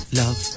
love